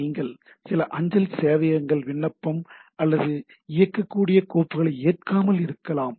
நீங்கள் சில அஞ்சல் சேவையகங்கள் விண்ணப்பம் அல்லது இயங்கக்கூடிய கோப்புகளை ஏற்காமல் இருக்கலாம்